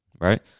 right